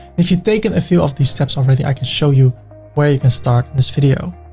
if you taken a few of these steps already, i can show you where you can start in this video.